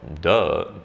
duh